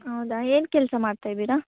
ಹೌದಾ ಏನು ಕೆಲಸ ಮಾಡ್ತಾ ಇದ್ದೀರ